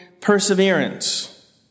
perseverance